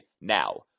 now